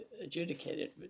adjudicated